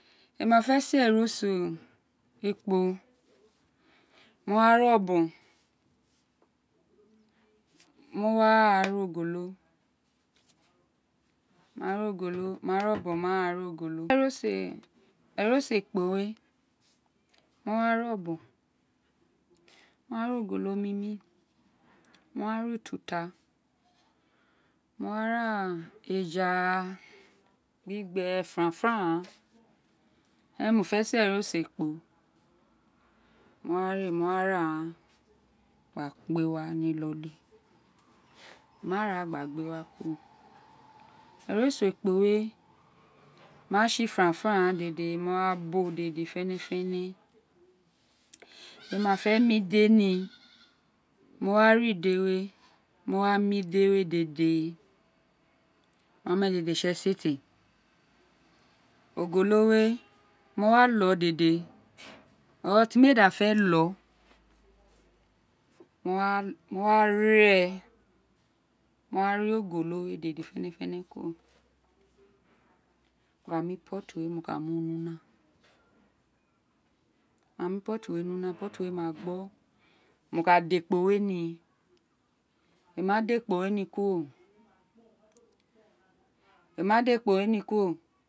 Mo ma fe si éè eroso e kpo wo wa ri ọbọn mo wa ri ogolo eroso ekpo we mo wa ri ọbọ̣n mo wa ri ogolo mi mi ma ri tuta mo wa ra eja gbi gbé éren mo fé si éè eroso ekpo ma wa rí aghan gha gbe wá ní iloli mo ma ra gba gbe wa kuro eroso ekpo we ma tsi franfran ghaan dédè baowa bo dèdé fénèfénè emí ma fé́ mi ide ní mo wa rí ide we mo wa mí ide wi dèdè mo mí dede tsi esete ogolo we mo wa lóò dede ti mi éè da fé lóò mowa mowa réè ma réè ogolo we dèdè fénèfénè kuro ma rí pottí ní una mo ma mí pottí ni una pottí we ma gbó mo ka dà ekpo we ní emì ma dà ekpo we ní kuro emí ma dà ekpo we ní kuro emì ma dà ekpo we ní kuro